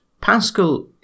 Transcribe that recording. Pascal